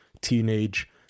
teenage